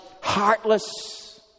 heartless